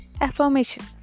Affirmation